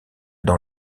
dans